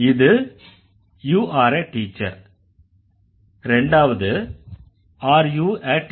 இது you are a teacher இரண்டாவது are you a teacher